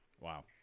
Wow